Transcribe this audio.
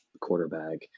quarterback